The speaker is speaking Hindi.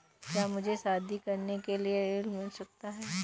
क्या मुझे शादी करने के लिए ऋण मिल सकता है?